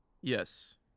Yes